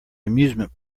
amusement